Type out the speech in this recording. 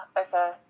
okay